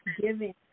giving